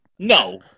No